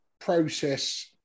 process